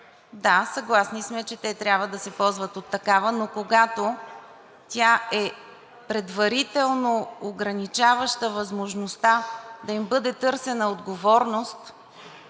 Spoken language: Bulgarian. Да, съгласни сме, че те трябва да се ползват от такава, но когато тя е предварително ограничаваща възможността да им бъде търсена отговорност